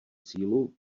sílu